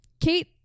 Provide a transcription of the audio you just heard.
Kate